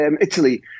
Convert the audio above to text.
Italy